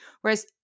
Whereas